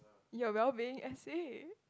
you are well being essay